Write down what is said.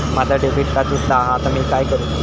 माझा debit card तुटला हा आता मी काय करू?